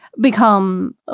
become